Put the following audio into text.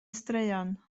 straeon